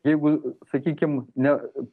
jeigu sakykim ne